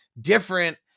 different